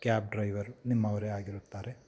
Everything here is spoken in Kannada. ಕ್ಯಾಬ್ ಡ್ರೈವರ್ ನಿಮ್ಮವರೇ ಆಗಿರುತ್ತಾರೆ